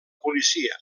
policia